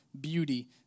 beauty